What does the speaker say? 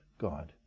God